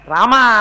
Rama